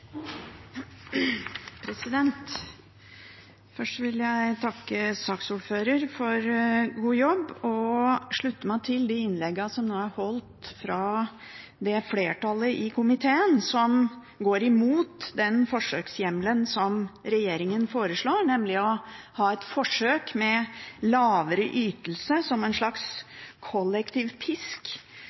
Først vil jeg takke saksordføreren for en god jobb og slutte meg til de innleggene som nå er holdt av flertallet i komiteen, og som går imot den forsøkshjemmelen som regjeringen foreslår, nemlig å ha et forsøk med lavere ytelse som en slags kollektiv pisk